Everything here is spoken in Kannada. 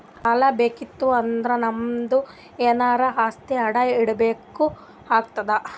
ಸಾಲಾ ಬೇಕಿತ್ತು ಅಂದುರ್ ನಮ್ದು ಎನಾರೇ ಆಸ್ತಿ ಅಡಾ ಇಡ್ಬೇಕ್ ಆತ್ತುದ್